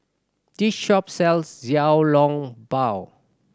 this shop sells Xiao Long Bao